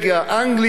אנגליה,